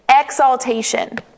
exaltation